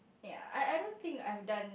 ya I I don't think I have done